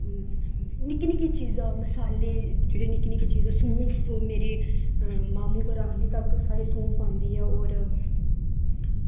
निक्की निक्की चीज़ां मसाले जेह्ड़ी निक्की निक्की चीज़ां सौंफ होई साढ़े मामें घरा साढ़े सौंफ आंदी ऐ